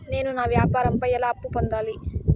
నేను నా వ్యాపారం పై ఎలా అప్పు పొందాలి?